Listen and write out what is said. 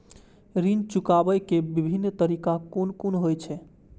ऋण चुकाबे के विभिन्न तरीका कुन कुन होय छे?